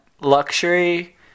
luxury